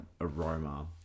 aroma